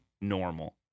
normal